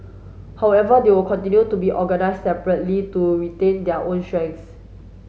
however they will continue to be organised separately to retain their own strengths